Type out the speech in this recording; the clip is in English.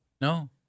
No